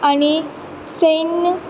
आनी सैन्य